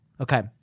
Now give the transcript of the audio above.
Okay